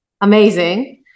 amazing